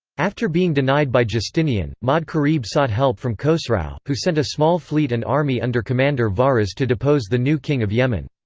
after being denied by justinian, ma'd-karib sought help from khosrau, who sent a small fleet and army under commander vahriz to depose the new king of yemen.